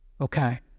Okay